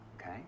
okay